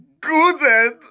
Good